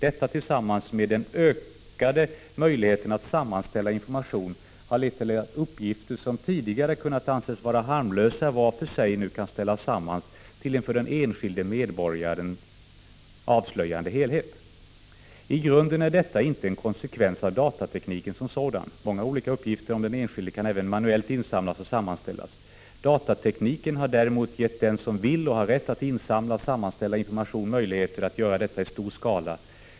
Detta tillsammans med den ökade möjligheten att sammanställa information har lett till att uppgifter som tidigare kunnat anses harmlösa var för sig nu kan ställas samman till en för den enskilde medborgaren avslöjande helhet. I grunden är detta inte en konsekvens av datatekniken som sådan; många olika uppgifter om den enskilde kan även manuellt insamlas och sammanställas. Datatekniken har däremot gett den som vill och har rätt att insamla och sammanställa information möjlighet att göra detta i stor skala.